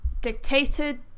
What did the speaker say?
dictated